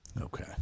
Okay